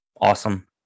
awesome